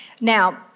Now